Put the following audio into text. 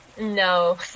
No